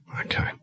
okay